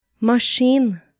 Machine